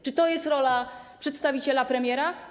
Czy to jest rola przedstawiciela premiera?